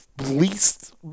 least